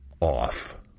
off